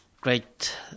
great